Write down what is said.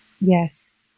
Yes